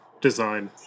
design